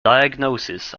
diagnosis